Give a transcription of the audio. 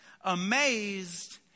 Amazed